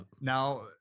now